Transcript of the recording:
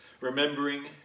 remembering